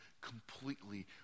completely